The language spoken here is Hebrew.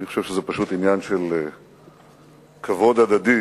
אני חושב שזה פשוט עניין של כבוד הדדי,